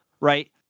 right